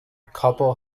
couple